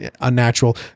unnatural